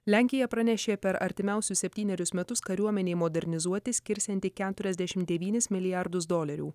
lenkija pranešė per artimiausius septynerius metus kariuomenei modernizuoti skirsianti keturiasdešim devynis milijardus dolerių